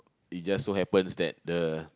it just so happens that the